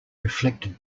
reflected